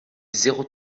zéro